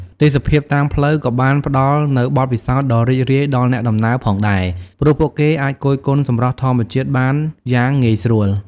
ទេសភាពតាមផ្លូវក៏បានផ្តល់នូវបទពិសោធន៍ដ៏រីករាយដល់អ្នកដំណើរផងដែរ ព្រោះពួកគេអាចគយគន់សម្រស់ធម្មជាតិបានយ៉ាងងាយស្រួល។